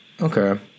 Okay